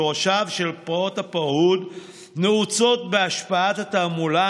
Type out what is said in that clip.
שורשי פרעות הפרהוד נעוצים בהשפעת התעמולה